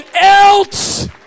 else